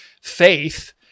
faith